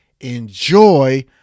enjoy